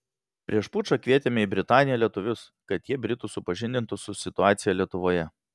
prieš pučą kvietėme į britaniją lietuvius kad jie britus supažindintų su situacija lietuvoje